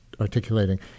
articulating